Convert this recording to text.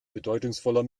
bedeutungsvoller